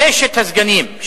ששת הסגנים.